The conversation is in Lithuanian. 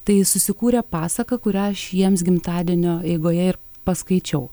tai susikūrė pasaka kurią aš jiems gimtadienio eigoje ir paskaičiau